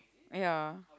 ya